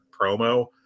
promo